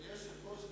אדוני היושב-ראש,